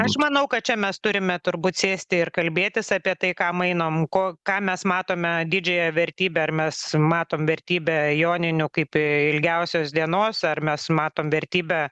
aš manau kad čia mes turime turbūt sėsti ir kalbėtis apie tai ką mainom ko ką mes matome didžiąją vertybę ar mes matom vertybę joninių kaip ilgiausios dienos ar mes matom vertybę